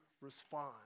respond